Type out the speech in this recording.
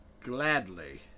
Gladly